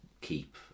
keep